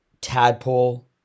Tadpole